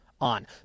on